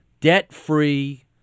debt-free